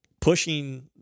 pushing